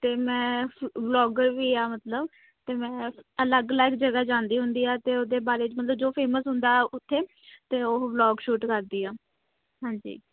ਅਤੇ ਮੈਂ ਫ ਵਲੋਗਰ ਵੀ ਹਾਂ ਮਤਲਬ ਅਤੇ ਮੈਂ ਅਲੱਗ ਅਲੱਗ ਜਗ੍ਹਾ ਜਾਂਦੀ ਹੁੰਦੀ ਹਾਂ ਅਤੇ ਉਹਦੇ ਬਾਰੇ ਮਤਲਬ ਜੋ ਫੇਮਸ ਹੁੰਦਾ ਉਥੇ ਅਤੇ ਉਹ ਵਲੋਗ ਸ਼ੂਟ ਕਰਦੀ ਹਾਂ ਹਾਂਜੀ